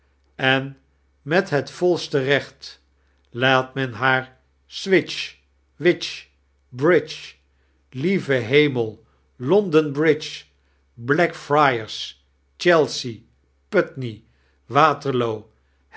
en met het volste reoht laat men haar swidge widge bridge lieve hemel london bridge blackfriars chelsea putney waterloo